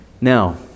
Now